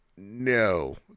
No